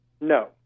No